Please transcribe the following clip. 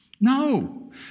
No